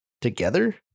together